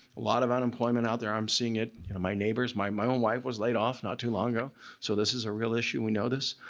a lot of unemployment out there. i'm seeing it my neighbors. my my own wife was laid off not too long ago so this is a real issue. we know